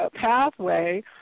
pathway